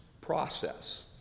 process